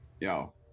yo